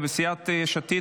סיעת יש עתיד,